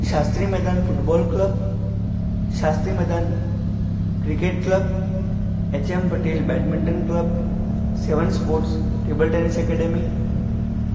Shastri Maidan football club Shastri Maidan cricket club H M Patel badminton club seven sports table tennis academy